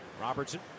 Robertson